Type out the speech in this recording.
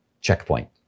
Checkpoint